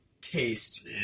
taste